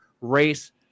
race